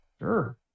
sure